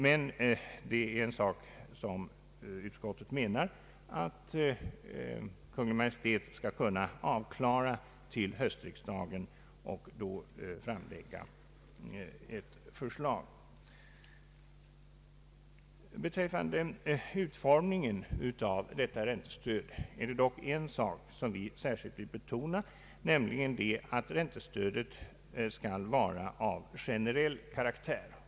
Utskottsmajoriteten anser dock att Kungl. Maj:t skall kunna klara av detta och framlägga ett förslag till höstriksdagen. stödet vill vi särskilt betona att detsamma skall vara av generell karaktär.